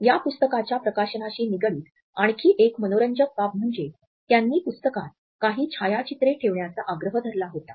या पुस्तकाच्या प्रकाशनाशी निगडीत आणखी एक मनोरंजक बाब म्हणजे त्यांनी पुस्तकात काही छायाचित्रे ठेवण्याचा आग्रह धरला होता